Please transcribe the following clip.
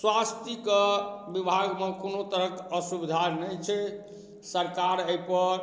स्वास्थ्य विभागमे कोनो तरहके असुविधा नहि छै सरकार एहिपर